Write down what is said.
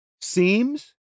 Seems